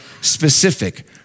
specific